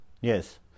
Yes